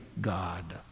God